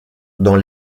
dans